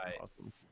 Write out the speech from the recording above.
awesome